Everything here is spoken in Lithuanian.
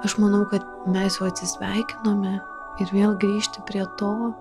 aš manau kad mes jau atsisveikinome ir vėl grįžti prie to